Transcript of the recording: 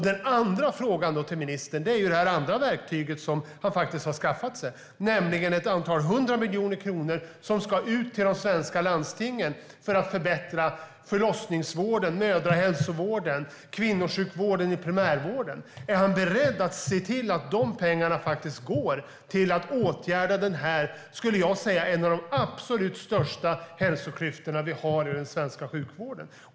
Min andra fråga till ministern handlar om det andra verktyg han faktiskt har skaffat sig, nämligen ett antal hundra miljoner kronor som ska ut till de svenska landstingen för att förbättra förlossningsvården, mödrahälsovården och kvinnosjukvården i primärvården. Är han beredd att se till att de pengarna faktiskt går till att åtgärda det jag skulle säga är en av de absolut största hälsoklyftorna vi har i den svenska sjukvården?